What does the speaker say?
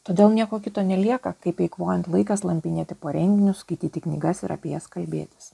todėl nieko kito nelieka kaip eikvojant laiką slampinėti po renginius skaityti knygas ir apie jas kalbėtis